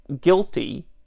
guilty